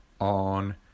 on